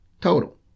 total